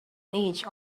inch